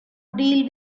deal